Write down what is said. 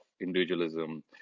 individualism